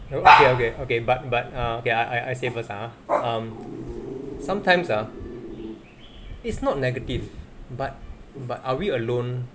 okay okay okay but but uh ya I I say first ah um sometimes ah it's not negative but but are we alone